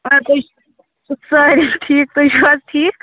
آ تُہۍ سٲری ٹھیٖک تُہۍ چھُو حظ ٹھیٖک